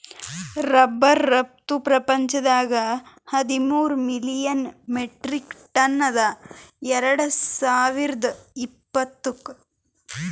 rubber ರಫ್ತು ಪ್ರಪಂಚದಾಗೆ ಹದಿಮೂರ್ ಮಿಲಿಯನ್ ಮೆಟ್ರಿಕ್ ಟನ್ ಅದ ಎರಡು ಸಾವಿರ್ದ ಇಪ್ಪತ್ತುಕ್